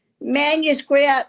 manuscript